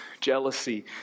jealousy